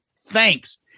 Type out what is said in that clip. Thanks